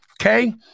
okay